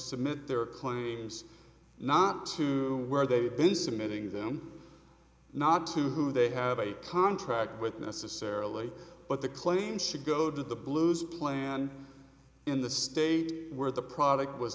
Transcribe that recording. submit their claims not to where they've been submitting them not to who they have a contract with necessarily but the claim should go that the blues plan in the state where the product was